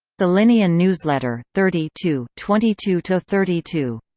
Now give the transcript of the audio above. the linnean newsletter. thirty two twenty two two thirty two.